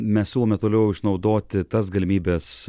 mes siūlome toliau išnaudoti tas galimybes